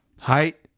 Height